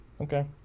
Okay